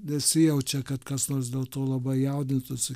nesijaučia kad kas nors dėl to labai jaudintųsi